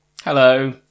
Hello